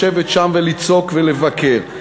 לשבת שם ולצעוק ולבקר.